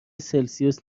سلسیوس